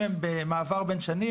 אם הם במעבר בין שנים,